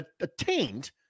attained